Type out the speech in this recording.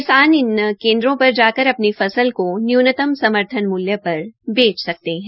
किसान इन केन्द्रों पर जाकर अपनी फसल को न्यूनतम समर्थन मूल्य पर बेच सकते हैं